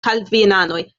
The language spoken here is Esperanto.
kalvinanoj